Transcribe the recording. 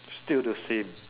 still the same